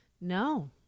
No